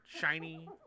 shiny